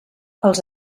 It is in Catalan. els